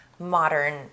modern